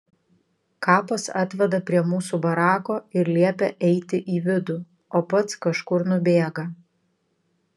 kapas atveda prie mūsų barako ir liepia eiti į vidų o pats kažkur nubėga